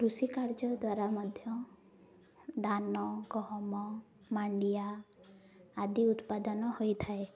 କୃଷି କାର୍ଯ୍ୟ ଦ୍ୱାରା ମଧ୍ୟ ଧାନ ଗହମ ମାଣ୍ଡିଆ ଆଦି ଉତ୍ପାଦନ ହୋଇଥାଏ